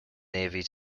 navy